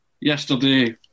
yesterday